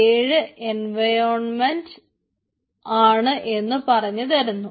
7 environment ആണ് എന്ന് പറഞ്ഞുതരുന്നു